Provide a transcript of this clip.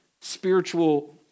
spiritual